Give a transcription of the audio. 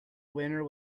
winner